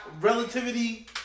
relativity